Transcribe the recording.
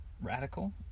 radical